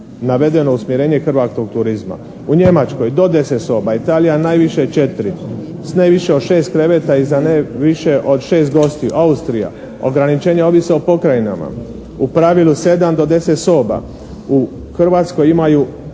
navedeno usmjerenje hrvatskog turizma. U Njemačkoj do 10 soba, Italija najviše 4, s ne više od 6 kreveta i za ne više od 6 gostiju. Austrija, ograničenje ovisi o pokrajinama. U pravilu 7 do 10 soba. U Hrvatskoj imaju